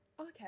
Okay